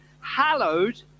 hallowed